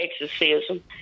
exorcism